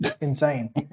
insane